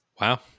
Wow